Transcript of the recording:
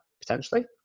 potentially